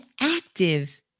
active